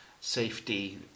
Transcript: safety